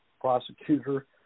prosecutor